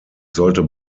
sollte